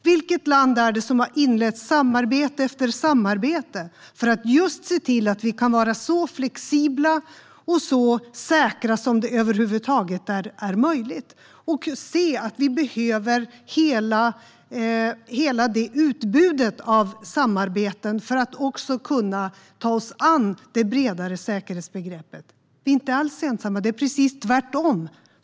Vilket land är det som har inlett samarbete efter samarbete för att just se till att vi kan vara så flexibla och så säkra som det över huvud taget är möjligt? Det handlar om att se att vi behöver hela det utbudet av samarbeten för att också kunna ta oss an det bredare säkerhetsbegreppet. Vi är inte alls ensamma. Det är precis tvärtom.